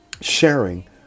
sharing